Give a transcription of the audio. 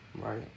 Right